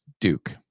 Duke